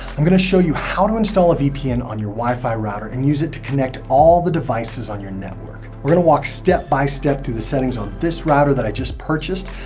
i'm going to show you how to install a vpn on your wifi router and use it to connect all the devices on your network. we're going to walk step-by-step through the settings on this router that i just purchased,